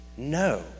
No